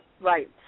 Right